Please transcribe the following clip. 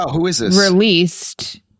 released